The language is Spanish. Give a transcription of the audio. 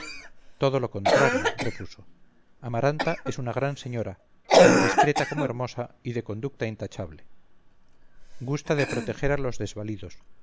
todo lo contrario repuso amaranta es una gran señora tan discreta como hermosa y de conducta intachable gusta de proteger a los desvalidos